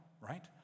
right